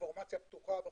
אינפורמציה פתוחה,